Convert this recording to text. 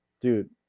dude